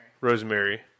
Rosemary